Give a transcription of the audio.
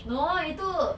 no itu